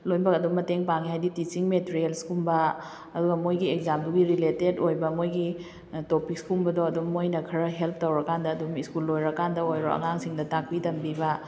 ꯂꯣꯏꯅꯃꯛ ꯑꯗꯨꯝ ꯃꯇꯦꯡ ꯄꯥꯡꯉꯤ ꯍꯥꯏꯗꯤ ꯇꯤꯆꯤꯡ ꯃꯦꯇꯔꯤꯌꯦꯜꯁ ꯀꯨꯝꯕ ꯑꯗꯨꯒ ꯃꯣꯏꯒꯤ ꯑꯦꯛꯖꯥꯝꯗꯨꯒꯤ ꯔꯤꯂꯦꯇꯦꯠ ꯑꯣꯏꯕ ꯃꯣꯏꯒꯤ ꯇꯣꯄꯤꯛꯁ ꯀꯨꯝꯕꯗꯣ ꯑꯗꯨꯝ ꯃꯣꯏꯅ ꯈꯔ ꯍꯦꯜꯞ ꯇꯧꯔꯀꯥꯟꯗ ꯑꯗꯨꯝ ꯁ꯭ꯀꯨꯜ ꯂꯣꯏꯔꯀꯥꯟꯗ ꯑꯣꯏꯔꯣ ꯑꯉꯥꯡꯁꯤꯡꯗ ꯇꯥꯛꯄꯤ ꯇꯝꯕꯤꯕ